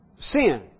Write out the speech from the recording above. sin